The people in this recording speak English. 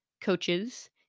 coaches